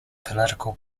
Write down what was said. political